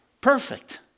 perfect